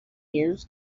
years